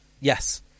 yes